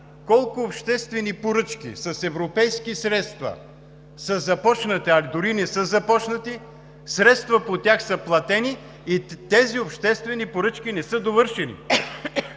колко обществени поръчки с европейски средства са започнати, а дори не са започнати, средства по тях са платени и тези обществени поръчки не са довършени.